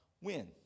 win